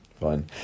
Fine